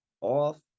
off